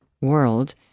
world